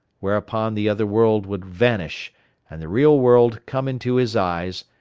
whereupon the other world would vanish and the real world come into his eyes,